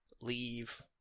leave